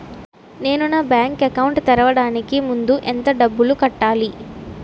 నేను నా bank account తెరవడానికి ముందు ఎంత డబ్బులు కట్టాలి?